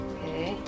Okay